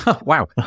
Wow